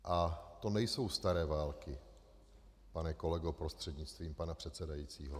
A to nejsou staré války, pane kolego prostřednictvím pana předsedajícího.